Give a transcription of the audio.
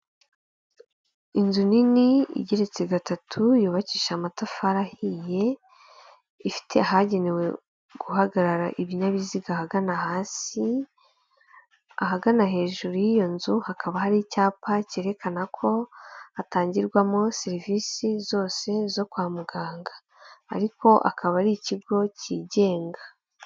Inzu nini igereritse gatatu yubakishije amatafari ahiye, ifite ahagenewe guhagarara ibinyabiziga ahagana hasi, ahagana hejuru y'iyo nzu hakaba hari icyapa cyerekana ko hatangirwamo serivise zose zo kwa muganga ariko akaba ari ikigo kigenga.